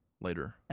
later